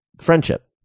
friendship